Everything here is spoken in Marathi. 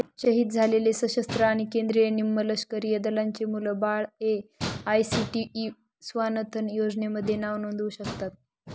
शहीद झालेले सशस्त्र आणि केंद्रीय निमलष्करी दलांचे मुलं बाळं ए.आय.सी.टी.ई स्वानथ योजनेमध्ये नाव नोंदवू शकतात